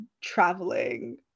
traveling